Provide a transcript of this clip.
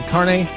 Carne